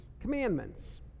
commandments